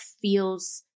feels